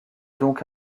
donc